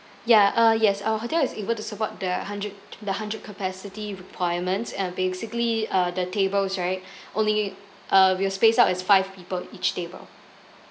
ya uh yes our hotel is able to support the hundred the hundred capacity requirements and basically uh the tables right only uh we'll space out as five people each table